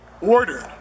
ordered